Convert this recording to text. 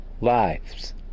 lives